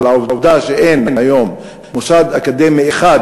אבל העובדה שאין היום מוסד אקדמי אחד